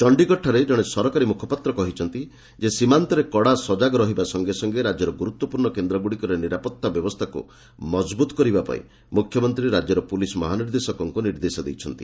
ଚଣ୍ଡୀଗଡ଼ଠାରେ ଜଣେ ସରକାରୀ ମୁଖପାତ୍ର କହିଛନ୍ତି ଯେ ସୀମାନ୍ତରେ କଡ଼ା ସଜାଗ ରହିବା ସଂଗେ ସଂଗେ ରାଜ୍ୟର ଗୁରୁତ୍ୱପୂର୍ଣ୍ଣ କେନ୍ଦ୍ରଗୁଡ଼ିକରେ ନିରାପତ୍ତା ବ୍ୟବସ୍ଥାକୁ ମଜବୁତ କରିବା ପାଇଁ ମୁଖ୍ୟମନ୍ତ୍ରୀ ରାଜ୍ୟର ପୁଲିସ୍ ମହାନିର୍ଦ୍ଦେଶକଙ୍କୁ ନିର୍ଦ୍ଦେଶ ଦେଇଛନ୍ତି